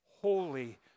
holy